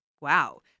Wow